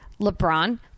LeBron